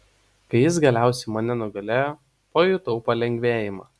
kai jis galiausiai mane nugalėjo pajutau palengvėjimą